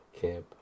camp